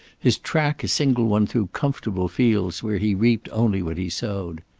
his track a single one through comfortable fields where he reaped only what he sowed.